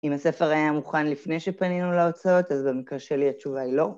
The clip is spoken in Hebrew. אם הספר היה מוכן לפני שפנינו להוצאות, אז במקרה שלי התשובה היא לא.